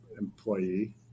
employee